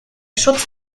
schutz